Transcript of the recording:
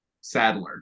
Sadler